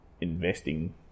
investing